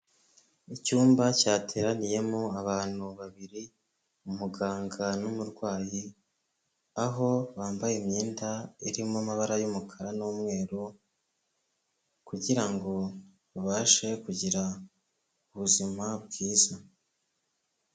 Icyumba cyateraniyemo abantu babiri, umuganga'umurwayi aho bambaye imyenda irimo amabara y'umukara n'umweru, kugirango babashe kugira ubuzima bwiza.